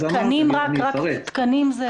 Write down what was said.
רק תקנים?